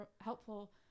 helpful